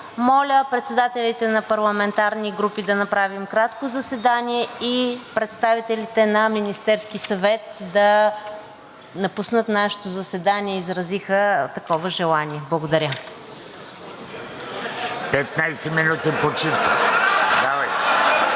моля председателите на парламентарни групи да направим кратко заседание и представителите на Министерския съвет да напуснат нашето заседание. Изразиха такова желание. Благодаря. (Силен шум, смях